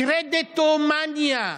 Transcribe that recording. קרדיטומניה.